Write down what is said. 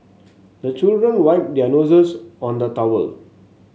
the children wipe their noses on the towel